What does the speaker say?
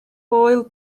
foel